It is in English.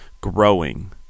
growing